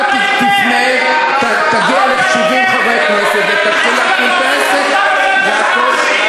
אתה תגיע ל-70 חברי כנסת ותתחיל להחתים את העסק.